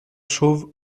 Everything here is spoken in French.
chauves